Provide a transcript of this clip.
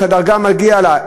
את הדרגה המגיעה לה,